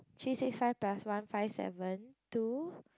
three six five plus one five seven two